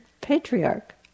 Patriarch